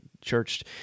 churched